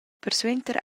persuenter